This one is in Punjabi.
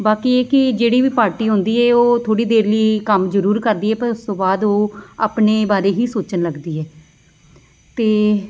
ਬਾਕੀ ਇਹ ਕਿ ਜਿਹੜੀ ਵੀ ਪਾਰਟੀ ਹੁੰਦੀ ਹੈ ਉਹ ਥੋੜ੍ਹੀ ਦੇਰ ਲਈ ਕੰਮ ਜ਼ਰੂਰ ਕਰਦੀ ਹੈ ਪਰ ਉਸ ਤੋਂ ਬਾਅਦ ਉਹ ਆਪਣੇ ਬਾਰੇ ਹੀ ਸੋਚਣ ਲੱਗਦੀ ਹੈ ਅਤੇ